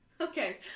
okay